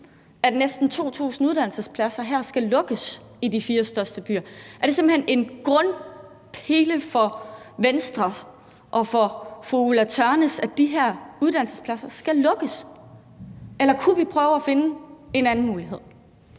at næsten 2.000 uddannelsespladser her skal lukkes i de fire største byer. Er det simpelt hen en grundpille for Venstre og for fru Ulla Tørnæs, at de her uddannelsespladser skal lukkes, eller kunne vi prøve at finde en anden mulighed?